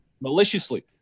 maliciously